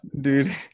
dude